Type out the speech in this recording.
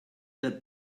that